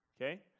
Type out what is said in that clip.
okay